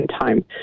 time